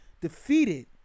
defeated